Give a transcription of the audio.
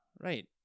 right